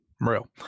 real